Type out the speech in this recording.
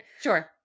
Sure